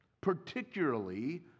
particularly